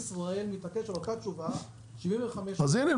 כי בנק ישראל מתעקש על אותה תשובה --- אז הנה,